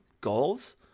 goals